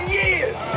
years